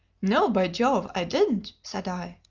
no, by jove i didn't! said i.